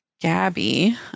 gabby